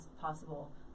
possible